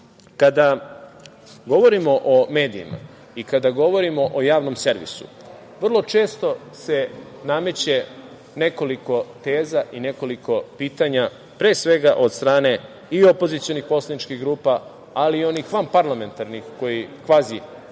kada govorimo o medijima i kada govorimo o javnom servisu, vrlo često se nameće nekoliko teza i nekoliko pitanja, pre svega od strane i opozicionih poslaničkih grupa, ali i onih vanparlamentarnih, kvazi opozicionih